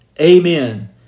Amen